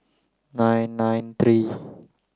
nine nine three